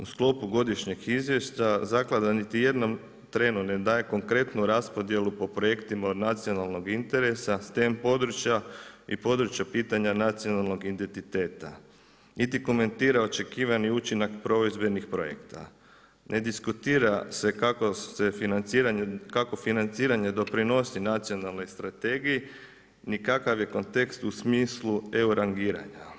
U sklopu godišnjeg izvješća zaklada niti u jednom trenu ne daje konkretnu raspodjelu po projektima od nacionalnog interesa Stan područja i područja pitanja nacionalnog identiteta niti komentira očekivani učinak provedbenih projekata, ne diskutira se kako financiranje doprinosi nacionalnoj strategiji ni kakav je kontekst u smislu eu rangiranja.